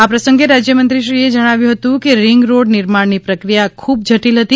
આ પ્રસંગે રાજ્યમંત્રીશ્રીએ જણાવ્યું હતું કે રીંગ રોડ નિર્માણની પક્રિયા ખૂબ જ જટીલ હતી